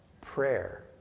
Prayer